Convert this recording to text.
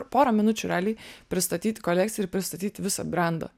porą minučių realiai pristatyt kolekciją ir pristatyt visą brendą